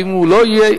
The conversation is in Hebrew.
ואם הוא לא יהיה,